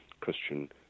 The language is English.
Christian